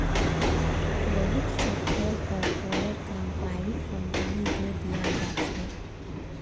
बहुत सड़केर पर टोलेर काम पराइविट कंपनिक दे दियाल जा छे